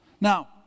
Now